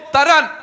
Taran